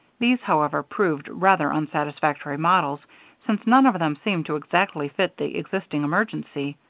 these, however, proved rather unsatisfactory models since none of them seemed to exactly fit the existing emergency.